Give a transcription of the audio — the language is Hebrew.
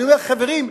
אני אומר: חברים,